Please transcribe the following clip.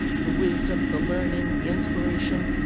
the wisdom, the learning, the inspiration,